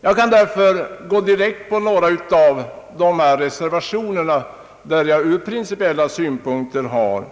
Jag kan därför gå direkt på några av reservationerna, där jag från principiella synpunkter har